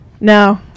no